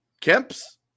Kemps